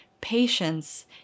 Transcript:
Patience